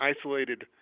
isolated